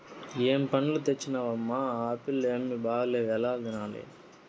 ఏం పండ్లు తెచ్చినవమ్మ, ఆ ఆప్పీల్లు ఏమీ బాగాలేవు ఎలా తినాలి